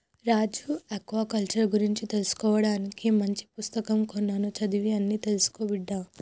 రాజు aquaculture గురించి తెలుసుకోవానికి మంచి పుస్తకం కొన్నాను చదివి అన్ని తెలుసుకో బిడ్డా